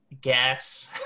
Gas